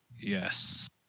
yes